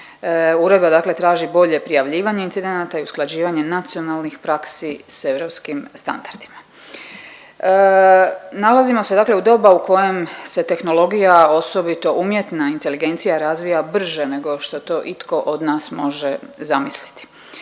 Uredba dakle traži bolje prijavljivanje incidenata i usklađivanje nacionalnih praksi s europskim standardima. Nalazimo se dakle u doba u kojem se tehnologija osobito umjetna inteligencija razvija brže nego što to itko od nas može zamisliti.